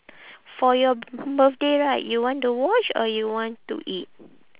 for your birthday right you want the watch or you want to eat